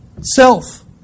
self